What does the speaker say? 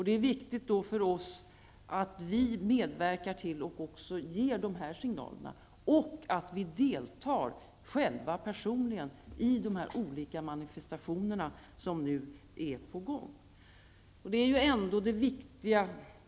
Det är viktigt att också vi medverkar till att ge de här signalerna och att vi personligen deltar i de olika manifestationer som nu är i gång.